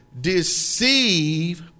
deceive